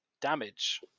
damage